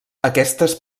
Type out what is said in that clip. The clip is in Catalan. aquestes